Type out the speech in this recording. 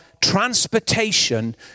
transportation